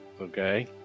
Okay